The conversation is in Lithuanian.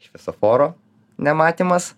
šviesoforo nematymas